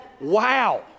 Wow